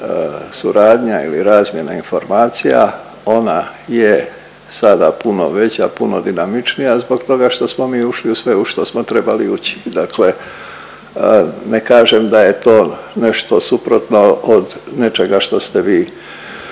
suradnja ili razmjena informacija. Ona je sada puno veća, puno dinamičnija zbog toga što smo mi ušli u sve u što smo trebali ući. Dakle, ne kažem da je to nešto suprotno od nečega što ste vi